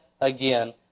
again